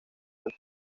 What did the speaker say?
del